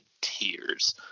tears